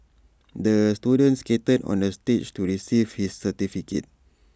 the student skated onto the stage to receive his certificate